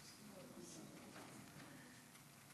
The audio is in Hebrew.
בטוח לא ניגן את